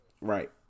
Right